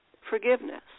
forgiveness